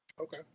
okay